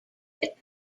that